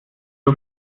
ist